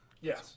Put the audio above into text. Yes